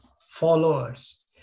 followers